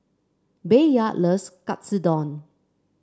Bayard loves Katsudon